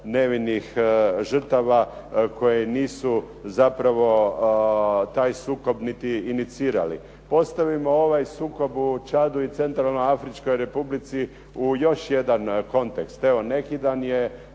nevinih žrtava koje nisu zapravo taj sukob niti inicirali. Postavimo ovaj sukob u Čadu i Centralnoj Afričkoj Republici u još jedna kontekst. Evo, neki dan je